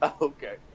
okay